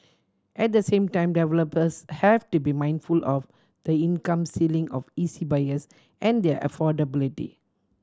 at the same time developers have to be mindful of the income ceiling of E C buyers and their affordability